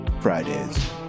Fridays